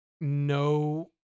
no